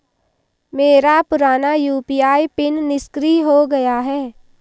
मेरा पुराना UPI PIN निष्क्रिय हो गया है